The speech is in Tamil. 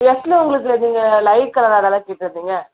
எக்ஸில் உங்களுக்கு நீங்கள் லைட் கலராகதான கேட்டிருந்திங்க